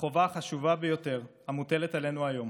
החובה החשובה ביותר המוטלת עלינו היום